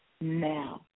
now